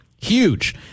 Huge